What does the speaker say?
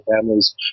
families